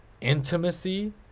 intimacy